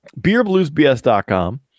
BeerBluesBS.com